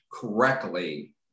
correctly